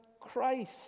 Christ